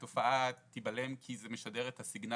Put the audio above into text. והתופעה תיבלם, כי זה משדר את הסיגנל,